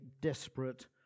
desperate